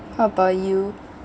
how about you